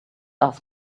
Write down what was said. ask